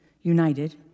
united